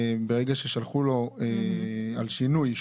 ברגע ששלחו לו על שינוי,